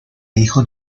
hijo